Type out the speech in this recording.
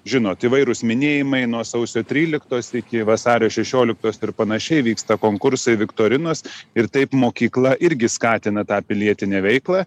žinot įvairūs minėjimai nuo sausio tryliktos iki vasario šešioliktos ir panašiai vyksta konkursai viktorinos ir taip mokykla irgi skatina tą pilietinę veiklą